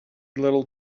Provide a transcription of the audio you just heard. little